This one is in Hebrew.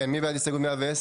מי בעד הסתייגות 110?